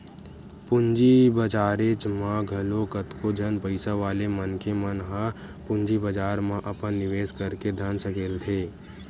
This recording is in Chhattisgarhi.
पूंजी बजारेच म घलो कतको झन पइसा वाले मनखे मन ह पूंजी बजार म अपन निवेस करके धन सकेलथे